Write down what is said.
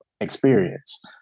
experience